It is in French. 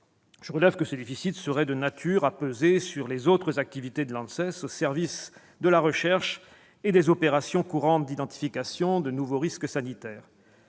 Je relève que ce déficit serait de nature à peser sur les autres activités de l'ANSES au service de la recherche et des opérations courantes d'identification de nouveaux risques sanitaires.